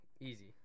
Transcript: Easy